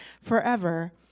forever